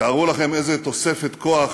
תארו לכם איזו תוספת כוח